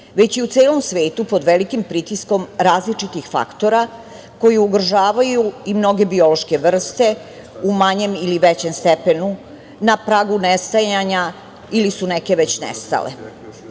već i u celom svetu pod velikim pritiskom različitih faktora koji ugrožavaju i mnoge biološke vrste u manjem ili većem stepenu na pragu nestajanja ili su neke već nestale.